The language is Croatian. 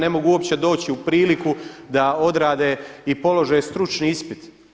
Ne mogu uopće doći u priliku da odrade i polože stručni ispit.